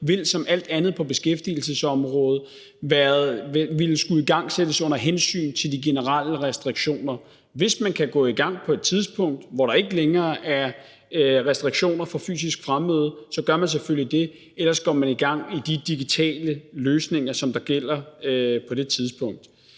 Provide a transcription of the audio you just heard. med, som alt andet på beskæftigelsesområdet vil skulle igangsættes under hensyn til de generelle restriktioner. Hvis man kan gå i gang på et tidspunkt, hvor der ikke længere er restriktioner for fysisk fremmøde, så gør man selvfølgelig det, ellers går man i gang via de digitale løsninger, som gælder på det tidspunkt.